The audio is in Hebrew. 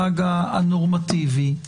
המדרג הנורמטיבי.